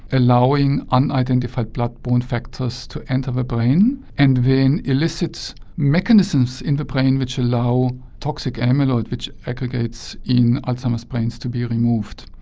allowing unidentified blood-borne factors to enter the brain, and then elicit mechanisms in the brain which allow toxic amyloid, which aggregates in alzheimer's brains to be removed,